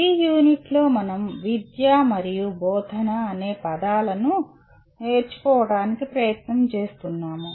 ఈ యూనిట్లో మనం విద్య మరియు బోధన అనే పదాలను నేర్చుకోవడానికి ప్రయత్నం చేస్తున్నాము